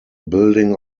building